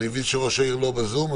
אני מבין שראש העיר לא בזום,